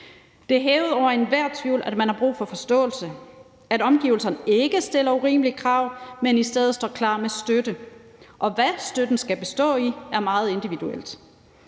Det er hævet over enhver tvivl, at man har brug for forståelse, og at omgivelserne ikke stiller urimelige krav, men i stedet står klar med støtte. Og hvad støtten skal bestå i, er meget individuelt.